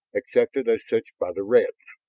accepted as such by the reds.